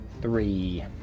three